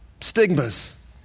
Stigmas